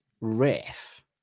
riff